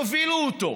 תובילו אותו,